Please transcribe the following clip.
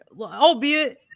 albeit